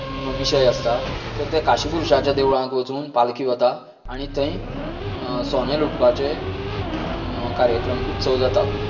विशय आसता तर ते काशी पुरिशाच्या देवळांक वचून पालखी वता आनी थंय सोने लुटपाचे कार्यक्रम उत्सव जाता